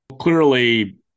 Clearly